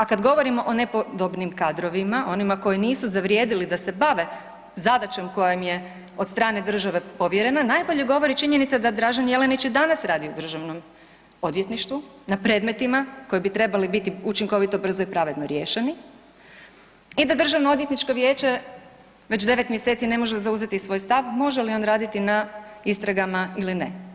A kada govorimo o nepodobnim kadrovima onima koji nisu zavrijedili da se bave zadaćom koja im je od strane države povjerena, najbolje govori činjenica da Dražen Jelenić i danas radi u Državnom odvjetništvu na predmetima koji bi trebali biti učinkovito, brzo i pravedno riješeni i da Državno odvjetničko vijeće već 9 mjeseci ne može zauzeti svoj stav može li on raditi na istragama ili ne.